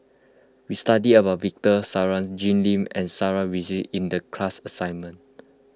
we studied about Victor Sassoon Jim Lim and Sarah Winstedt in the class assignment